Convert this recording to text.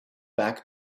back